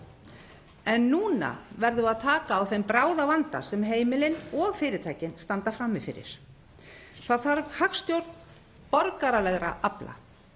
En núna verðum við að taka á þeim bráðavanda sem heimili og fyrirtæki landsins standa frammi fyrir. Þá þarf hagstjórn borgaralegra afla